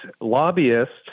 lobbyists